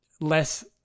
less